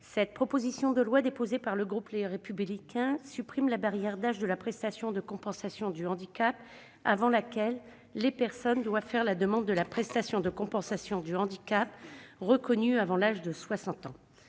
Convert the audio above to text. cette proposition de loi déposée par le groupe Les Républicains supprime la barrière d'âge pour la PCH avant laquelle les personnes doivent déposer leur demande de prestation de compensation du handicap reconnu avant l'âge de 60 ans.